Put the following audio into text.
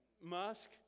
Musk